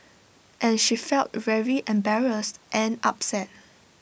and she felt very embarrassed and upset